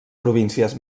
províncies